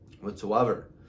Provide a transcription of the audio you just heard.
whatsoever